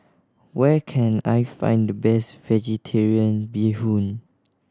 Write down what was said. where can I find the best Vegetarian Bee Hoon